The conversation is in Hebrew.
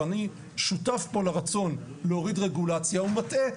ואני שותף פה לרצון להוריד רגולציה הוא מטעה,